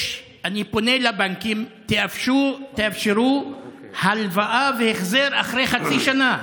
אני פונה לבנקים: תאפשרו הלוואה עם החזר אחרי חצי שנה,